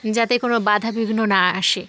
যাতে কোনো বাধা বিঘ্ন না আসে